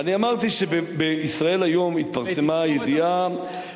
אני אמרתי שב"ישראל היום" התפרסמה ידיעה